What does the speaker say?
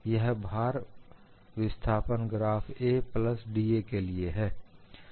यह भार विस्थापन ग्राफ 'a प्लस da' के लिए है